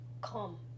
come